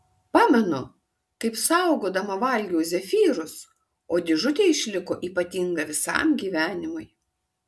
pamenu kaip saugodama valgiau zefyrus o dėžutė išliko ypatinga visam gyvenimui